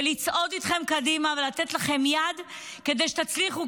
ולצעוד איתכם קדימה ולתת לכם יד כדי שתצליחו,